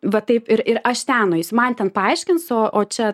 va taip ir ir aš ten nueisiu man ten paaiškins o o čia